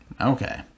Okay